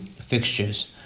fixtures